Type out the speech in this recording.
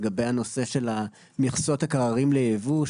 לגבי הנושא של מכסות הקררים לייבוא,